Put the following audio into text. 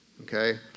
okay